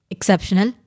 Exceptional